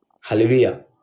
hallelujah